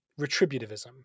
retributivism